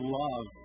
love